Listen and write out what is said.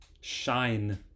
shine